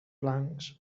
blancs